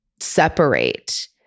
separate